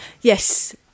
Yes